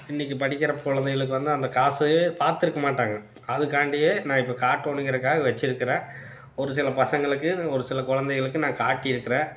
இன்றைக்கு படிக்கிற குழந்தைகளுக்கு வந்து அந்த காசு பார்த்துருக்க மாட்டாங்க அதுக்காண்டியே நான் இப்போ காட்டணும்ங்கிறக்காக வச்சுருக்குறேன் ஒருசில பசங்களுக்கு ஒருசில குழந்தைகளுக்கு நான் காட்டியிருக்குறேன்